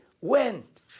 went